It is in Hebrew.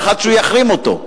ואחד שהוא יחרים אותו.